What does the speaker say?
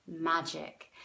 magic